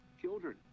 Children